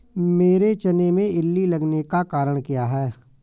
मेरे चने में इल्ली लगने का कारण क्या है?